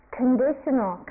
conditional